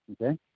okay